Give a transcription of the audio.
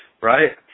right